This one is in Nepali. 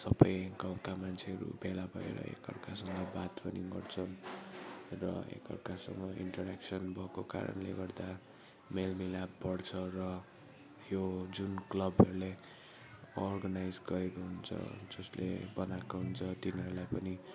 सबै गाउँका मान्छेहरू भेला भएर एकअर्कासँग बात पनि गर्छन् र एकअर्कासँग इन्टऱ्याक्सन भएको कारणले गर्दा मेल मिलाप बढ्छ र यो जुन क्लबहरूले अर्गनाइज गरेको हुन्छ जसले बनाएको हुन्छ तिनीहरूलाई पनि